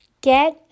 get